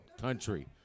country